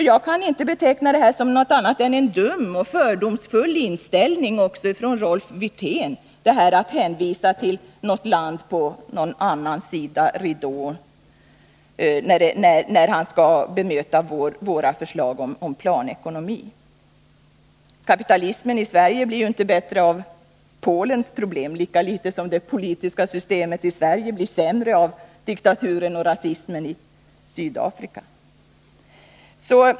När Rolf Wirtén bemöter våra förslag om planekonomi genom att hänvisa till något land på andra sidan om någon ridå kan jag inte beteckna det som något annat än en dum och fördomsfull inställning hos Rolf Wirtén. Kapitalismen i Sverige blir ju inte bättre av Polens problem, lika litet som det politiska systemet i Sverige blir sämre av diktaturen och rasismen i Sydafrika.